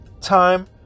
time